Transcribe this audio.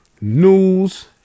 news